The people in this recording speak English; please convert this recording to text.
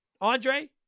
Andre